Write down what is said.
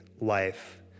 life